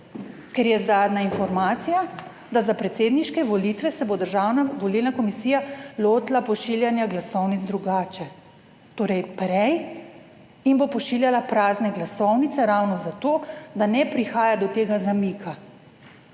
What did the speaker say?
ker je zadnja informacija, da za predsedniške volitve se bo Državna volilna komisija lotila pošiljanja glasovnic drugače. Torej prej in bo pošiljala prazne glasovnice ravno zato, da ne prihaja do tega zamika.